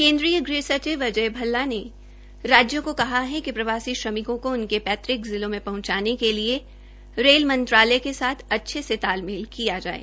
केन्द्रीय गृह सचिव अजय भल्ला ने राज्यों को कहा है कि प्रवासी श्रमिकों को उनके पैतृक जिलों में पहंचाने के लिए रेल मंत्रालय के साथ अच्छे से तालमेल किया जाये